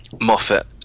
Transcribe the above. Moffat